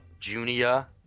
Junia